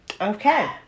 Okay